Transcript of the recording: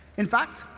in fact,